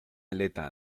aleta